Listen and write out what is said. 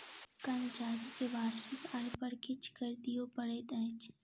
कर्मचारी के वार्षिक आय पर किछ कर दिअ पड़ैत अछि